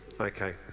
Okay